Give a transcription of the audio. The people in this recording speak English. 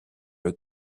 who